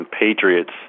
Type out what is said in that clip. Patriots